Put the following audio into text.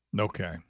okay